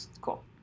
Cool